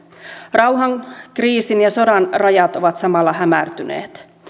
rauhan kriisin ja sodan rajat ovat samalla hämärtyneet